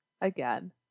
again